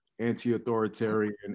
anti-authoritarian